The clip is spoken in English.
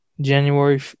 January